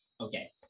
okay